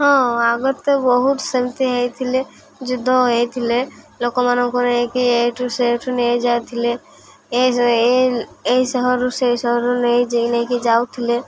ହଁ ଆଗ ତ ବହୁତ ସେମିତି ହୋଇଥିଲା ଯୁଦ୍ଧ ହୋଇଥିଲା ଲୋକମାନଙ୍କୁ ନେଇକି ଏଇଠୁ ସେଇଠୁ ନେଇଯାଇଥିଲେ ଏଇ ସହରୁ ସେଇ ସହରୁ ନେଇ ନେଇକି ଯାଉଥିଲେ